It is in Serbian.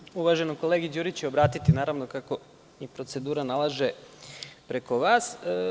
Ja ću se uvaženom kolegi Đuriću obratiti, naravno, kako i procedura nalaže, preko vas.